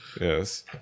Yes